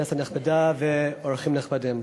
כנסת נכבדה ואורחים נכבדים,